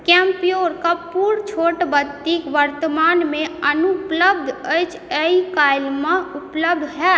कैम्पयोर कपूरके छोट बत्ती वर्तमानमे अनुपलब्ध अछि आइ कल्हिमे उपलब्ध हैत